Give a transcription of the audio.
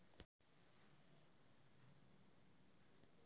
चरबाहा भेड़ो क जेरा मे चराबै लेली लै जाय छै